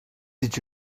did